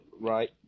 right